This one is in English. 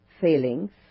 failings